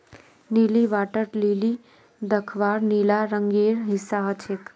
नीली water lily दख्वार नीला रंगेर हिस्सा ह छेक